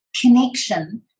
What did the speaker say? connection